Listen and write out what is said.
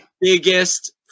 biggest